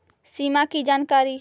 सिमा कि जानकारी?